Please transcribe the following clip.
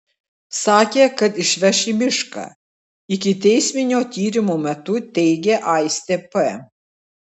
sakė kad išveš į mišką ikiteisminio tyrimo metu teigė aistė p